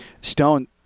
Stone